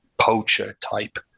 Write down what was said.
poacher-type